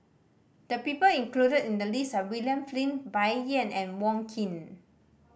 the people included in the list are William Flint Bai Yan and Wong Keen